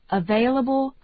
available